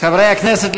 חברי הכנסת,